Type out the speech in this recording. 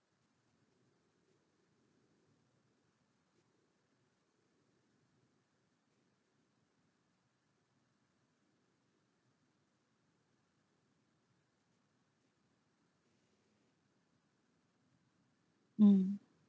mm